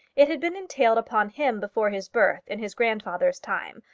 it had been entailed upon him before his birth in his grandfather's time,